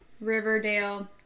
Riverdale